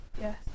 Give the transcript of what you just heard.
Yes